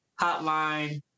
hotline